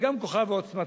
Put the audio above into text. אבל גם של כוחה ועוצמתה.